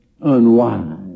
unwise